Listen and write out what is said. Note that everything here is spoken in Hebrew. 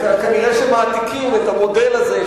כנראה מעתיקים את המודל הזה,